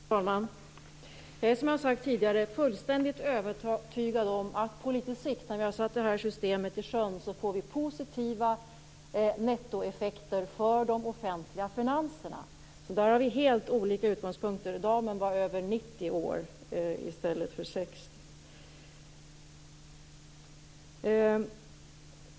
Fru talman! Jag är som jag har sagt tidigare fullständigt övertygad om att vi på litet sikt, när vi har satt det här systemet i sjön, får positiva nettoeffekter för de offentliga finanserna. Där har vi helt olika utgångspunkter. Och damen var över 90 år - inte 60.